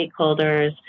stakeholders